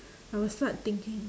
I was not thinking